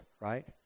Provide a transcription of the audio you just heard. right